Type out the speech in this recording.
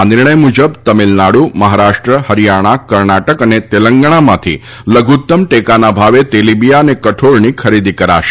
આ નિર્ણય મુજબ તમિલનાડુ મહારાષ્ટ્ર હરિયાણા કર્ણાટક અને તેલંગણામાંથી લધુત્તમ ટેકાના ભાવે તેલીબીયા અને કઠોળની ખરીદી કરાશે